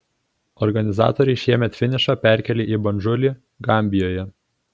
organizatoriai šiemet finišą perkėlė į bandžulį gambijoje